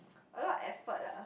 a lot effort lah